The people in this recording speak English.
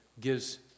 gives